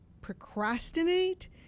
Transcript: procrastinate